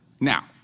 Now